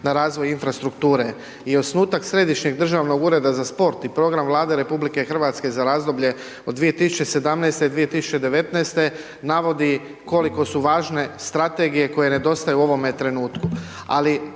na razvoju infrastrukture. I osnutak Središnjeg državnog ureda za sport i program Vlade RH za razdoblje od 2017.-2019. navodi koliko su važne strategije koje nedostaju u ovome trenutku.